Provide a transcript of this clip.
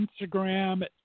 Instagram